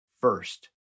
first